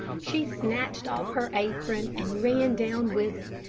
she snatched off her apron, and ran down with it,